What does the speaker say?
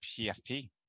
pfp